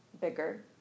bigger